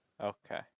Okay